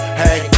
hey